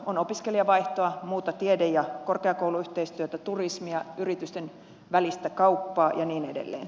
on opiskelijavaihtoa muuta tiede ja korkeakouluyhteistyötä turismia yritysten välistä kauppaa ja niin edelleen